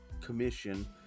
commission